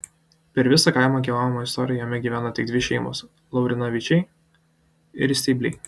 per visą kaimo gyvavimo istoriją jame gyveno tik dvi šeimos laurinavičiai ir steibliai